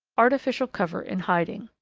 artificial cover in hiding.